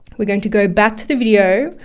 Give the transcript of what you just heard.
we're going to go back to the video.